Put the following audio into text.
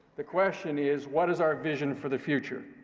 the question is, what is our vision for the future,